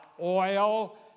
oil